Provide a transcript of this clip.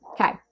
Okay